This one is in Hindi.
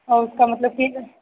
और उसका मतलब कि